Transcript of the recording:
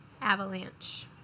avalanche